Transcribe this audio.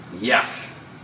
Yes